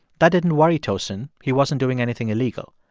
that didn't worry tosin. he wasn't doing anything illegal.